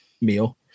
meal